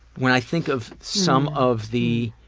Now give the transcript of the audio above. when i think of some of the.